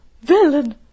Villain